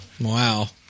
Wow